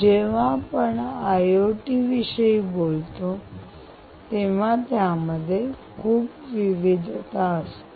जेव्हा आपण आयओटी विषयी बोलतो तेव्हा त्यामध्ये खूप विविधता असते